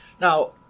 Now